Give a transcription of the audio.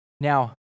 Now